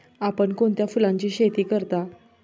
आपण कोणत्या फुलांची शेती करता?